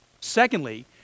Secondly